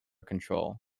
control